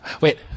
Wait